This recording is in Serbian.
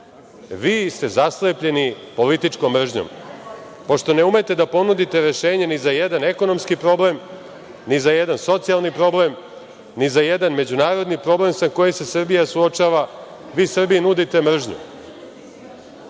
Vi ste zaslepljeni političkom mržnjom. Pošto ne umete da ponudite rešenje ni za jedan ekonomski problem, ni za jedan socijalni problem, ni za jedan međunarodni problem sa kojim se Srbija suočava, vi Srbiji nudite mržnju.